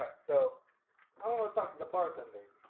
so i want to talk to the bartender